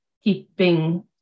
keeping